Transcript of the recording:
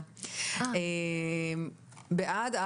אני בעד.